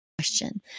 question